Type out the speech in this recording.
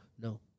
No